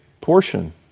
portion